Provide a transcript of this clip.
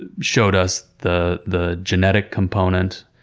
ah showed us the the genetic component,